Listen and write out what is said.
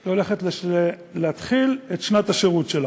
היא תתחיל את שנת השירות שלה.